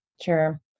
Sure